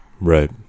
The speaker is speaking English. Right